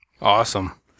Awesome